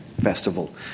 Festival